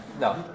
No